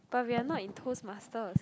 but we are not in toast masters